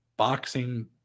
Boxing